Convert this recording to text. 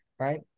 Right